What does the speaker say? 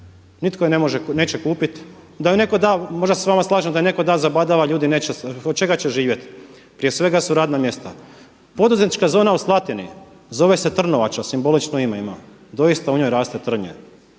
da ju netko da, možda se s vama slažem, da je netko da za badava ljudi neće, od čega će živjeti? Prije svega su radna mjesta. Poduzetnička zona u Slatini zove se Trnovača, simbolično ime ima, doista u njoj raste trnje.